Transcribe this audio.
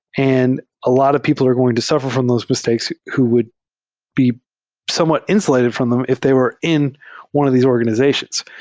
and a lot of people are going to suffer from those mis takes who would be somewhat insulated from them if they were in one of these organizations.